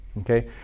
okay